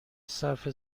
صرف